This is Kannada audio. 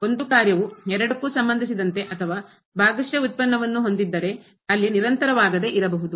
ಒಂದು ಕಾರ್ಯವು ಎರಡಕ್ಕೂ ಸಂಬಂಧಿಸಿದಂತೆ ಅಥವಾ ಭಾಗಶಃ ವ್ಯುತ್ಪನ್ನವನ್ನು ಹೊಂದಿದ್ದರೆ ಅಲ್ಲಿ ನಿರಂತರವಾಗದೆ ಇರಬಹುದು